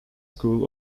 school